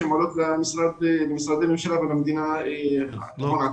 שעולות למשרדי הממשלה ולמדינה הון עתק.